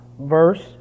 verse